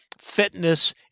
fitness